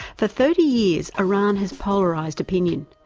for thirty years iran has polarised opinion.